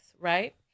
right